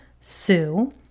Sue